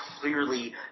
clearly